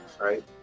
right